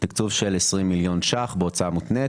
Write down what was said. תקצוב של 20 מיליון ₪ בהוצאה מותנית